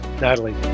Natalie